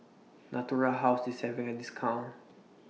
Natura House IS having A discount